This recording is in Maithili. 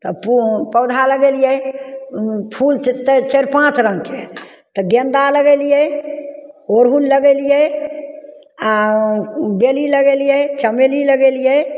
तब पौ पौधा लगेलिए फूल चाइ चारि पाँच रङ्गके तऽ गेन्दा लगेलिए अड़हुल लगेलिए आओर बेली लगेलिए चमेली लगेलिए